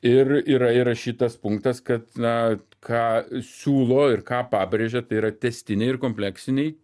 ir yra įrašytas punktas kad na ką siūlo ir ką pabrėžia tai yra tęstiniai ir kompleksiniai